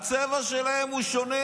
בגלל שהצבע שלהם הוא שונה,